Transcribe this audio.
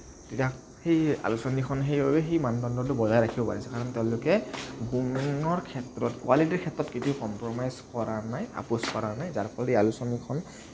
তেতিয়া সেই আলোচনীখন সেইবাবেই সেই মানদণ্ডটো বজাই ৰাখিব পাৰিছে কাৰণ তেওঁলোকে ক্ষেত্ৰত কুৱালিটিৰ ক্ষেত্ৰত কেতিয়াও কম্প্ৰমাইজ কৰা নাই আপোচ কৰা নাই যাৰ ফলত এই আলোচনীখন